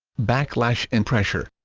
backlash and pressure